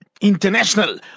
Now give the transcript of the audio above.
International